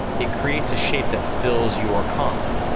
it creates a shape that fills your comp,